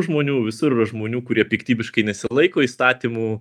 žmonių visur yra žmonių kurie piktybiškai nesilaiko įstatymų